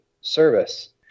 service